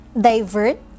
divert